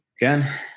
Again